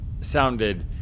sounded